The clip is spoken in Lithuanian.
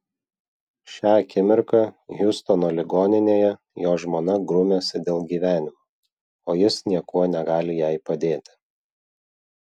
šią akimirką hjustono ligoninėje jo žmona grumiasi dėl gyvenimo o jis niekuo negali jai padėti